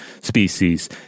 species